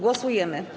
Głosujemy.